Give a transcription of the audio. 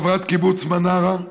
חברת קיבוץ מנרה,